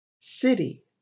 City